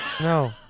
No